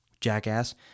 jackass